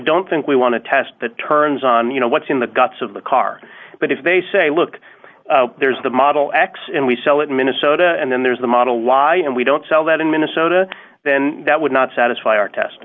don't think we want to test that turns on you know what's in the guts of the car but if they say look there's the model x and we sell it in minnesota and then there's the model law and we don't sell that in minnesota than that would not satisfy our test